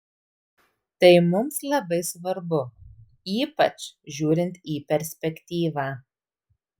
tai mums labai svarbu ypač žiūrint į perspektyvą